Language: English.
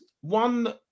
one